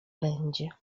będzie